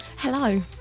Hello